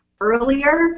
earlier